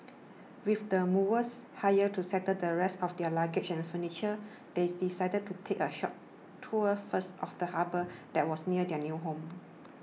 with the movers hired to settle the rest of their luggage and furniture they decided to take a short tour first of the harbour that was near their new home